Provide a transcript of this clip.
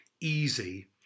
easy